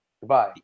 Goodbye